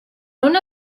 una